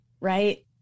right